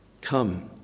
come